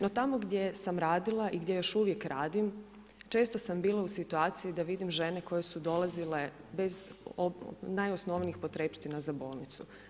No tamo gdje sam radila i gdje još uvijek radim, često sam bila u situaciji da vidim žene koje su dolazile bez najosnovnijim potrepština za bolnicu.